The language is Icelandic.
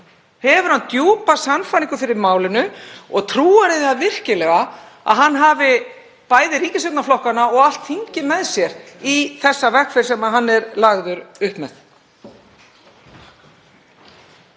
Hefur hann djúpa sannfæringu fyrir málinu? Trúir hann því virkilega að hann hafi bæði ríkisstjórnarflokkana og allt þingið með sér í þeirri vegferð sem hann er lagður upp í?